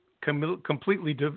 completely